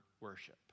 worship